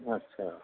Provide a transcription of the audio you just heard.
اچھا